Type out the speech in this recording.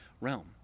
realm